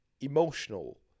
emotional